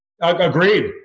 Agreed